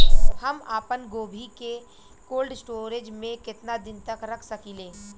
हम आपनगोभि के कोल्ड स्टोरेजऽ में केतना दिन तक रख सकिले?